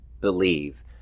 believe